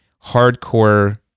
hardcore